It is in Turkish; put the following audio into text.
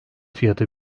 fiyatı